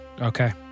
Okay